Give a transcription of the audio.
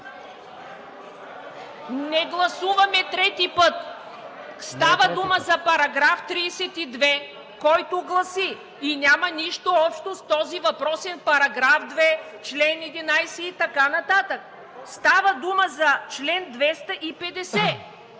Не гласуваме трети път. Става дума за § 32, който гласи и няма нищо общо с този въпросен § 2, чл. 11 и така нататък. Става дума за чл. 250,